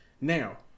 Now